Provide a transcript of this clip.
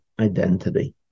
identity